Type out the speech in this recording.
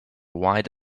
wide